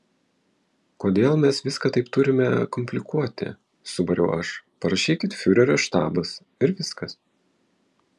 kodėl mes viską turime taip komplikuoti subariau aš parašykit fiurerio štabas ir viskas